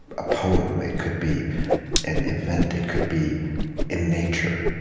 a poem. it could be an event. it could be in nature,